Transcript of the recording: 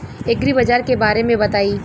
एग्रीबाजार के बारे में बताई?